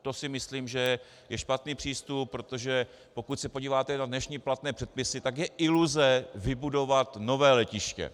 To si myslím, že je špatný přístup, protože pokud se podíváte na dnešní platné předpisy, tak je iluze vybudovat nové letiště.